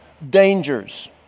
dangers